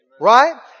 Right